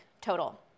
total